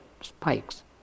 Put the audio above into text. spikes